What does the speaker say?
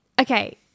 Okay